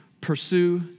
pursue